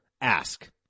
ask